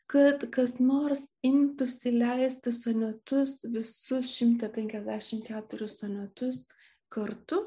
kad kas nors imtųsi leisti sonetus visu šimtą penkiasdešimt keturis sonetus kartu